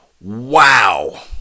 wow